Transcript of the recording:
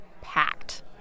packed